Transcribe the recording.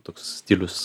toks stilius